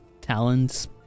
talons